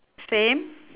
same